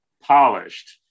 polished